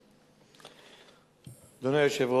1. אדוני היושב-ראש,